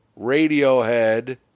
Radiohead